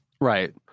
right